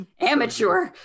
amateur